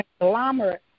conglomerate